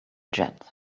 jet